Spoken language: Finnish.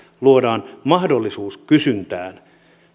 luodaan mahdollisuus kysyntään